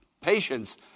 patience